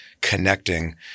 connecting